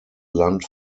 land